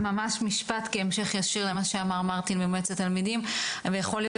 ממש משפט כהמשך ישיר למה שאמר מרטין ממועצת התלמידים ויכול להיות